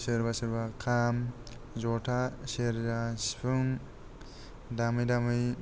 सोरबा सोरबा खाम जथा सेरजा सिफुं दामै दामै